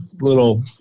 little